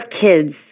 kids